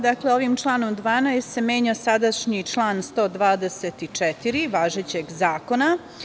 Dakle, ovim članom 12. se menja sadašnji član 124. važećeg Zakona.